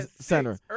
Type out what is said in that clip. Center